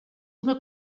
una